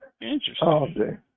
Interesting